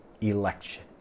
election